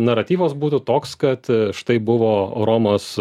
naratyvas būtų toks kad štai buvo romos